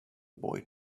boy